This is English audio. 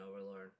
Overlord